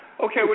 Okay